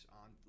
on